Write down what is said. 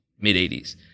mid-80s